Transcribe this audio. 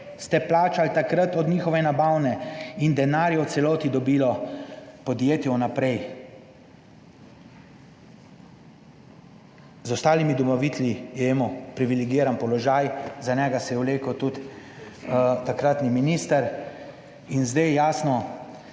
ste plačali takrat od njihove nabavne in denar je v celoti dobilo podjetje vnaprej. Pred ostalimi dobavitelji je imelo privilegiran položaj, za njega se je vlekel tudi takratni minister. In zdaj, jasno,